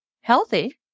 healthy